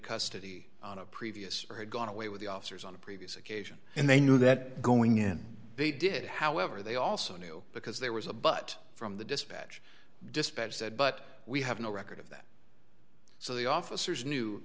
custody on a previous or had gone away with the officers on a previous occasion and they know that going in they did however they also knew because there was a but from the dispatch dispatch said but we have no record of that so the officers knew